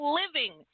living